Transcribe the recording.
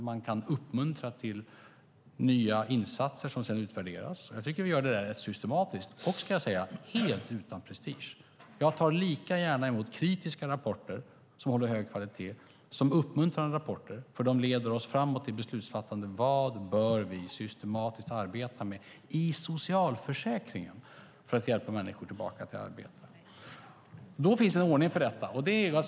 Man kan uppmuntra till nya insatser som sedan utvärderas. Jag tycker att vi gör det rätt systematiskt och helt utan prestige. Jag tar lika gärna emot kritiska rapporter som håller hög kvalitet som uppmuntrande rapporter. De leder oss framåt i beslutsfattandet. Vad bör vi systematiskt arbeta med i socialförsäkringen för att hjälpa människor tillbaka till arbete? Det finns en ordning för detta.